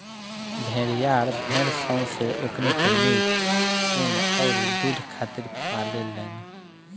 भेड़िहार भेड़ सन से ओकनी के मीट, ऊँन अउरी दुध खातिर पाले लेन